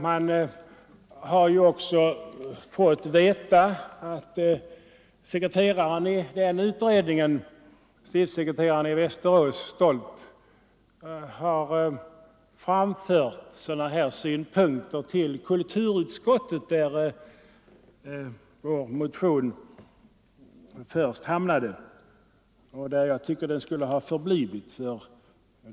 Man har också fått veta att sekreteraren i den utredningen, stiftssekreterare Stolt i Västerås, har framfört sin tveksamhet till kulturutskottet, där vår motion först hamnade och där jag tycker att den skulle ha förblivit.